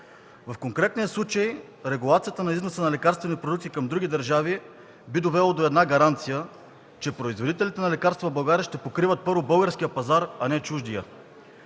В конкретния случай регулацията на износа на лекарствени продукти към други държави би довела до гаранция, че производителите на лекарства в България ще покриват първо българския пазар, а не чуждия.